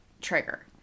trigger